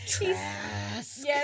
Yes